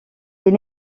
est